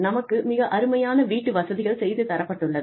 நமக்கு மிக அருமையான வீட்டு வசதிகள் செய்து தரப்பட்டுள்ளது